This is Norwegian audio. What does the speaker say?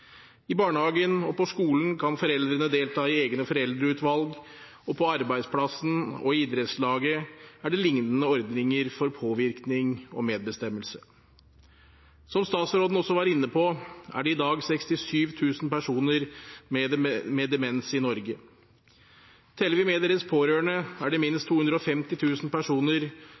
I barnehagen og på skolen kan foreldrene delta i egne foreldreutvalg, og på arbeidsplassen og i idrettslaget er det liknende ordninger for påvirkning og medbestemmelse. Som statsråden også var inne på, er det i dag 67 000 personer med demens i Norge. Teller vi med deres pårørende, er det minst 250 000 personer